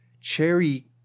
cherry